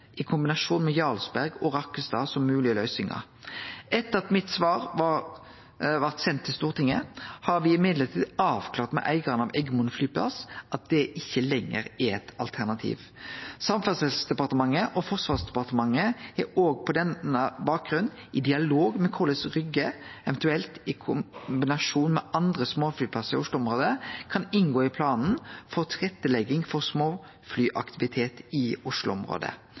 i kombinasjon med Jarlsberg og Rakkestad som moglege løysingar. Etter at svaret mitt var sendt til Stortinget, har me avklart med eigaren av Eggemoen flyplass at det ikkje lenger er eit alternativ. Samferdselsdepartementet og Forsvarsdepartementet er òg på denne bakgrunnen i dialog om korleis Rygge, eventuelt i kombinasjon med andre småflyplassar i Oslo-området, kan inngå i planen for tilrettelegging for småflyaktivitet i